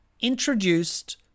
introduced